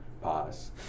pause